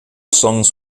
songs